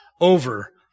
over